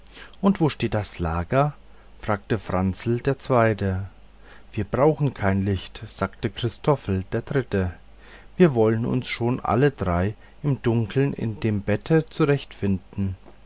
und wo steht das lager fragte franzel der zweite wir brauchen kein licht sagte christoffel der dritte wir wollen uns schon alle drei im dunkeln in dem bette zurechtfinden